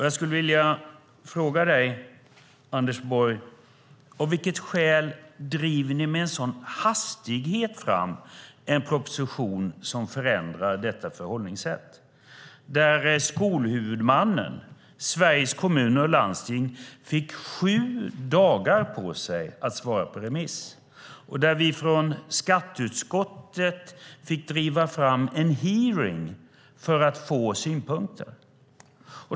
Jag skulle vilja fråga dig, Anders Borg: Av vilket skäl driver ni med en sådan hastighet fram en proposition som förändrar detta förhållningssätt? Skolhuvudmannen Sveriges Kommuner och Landsting fick sju dagar på sig att svara på remiss. Vi från skatteutskottet fick driva fram en hearing för att få synpunkter.